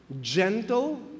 Gentle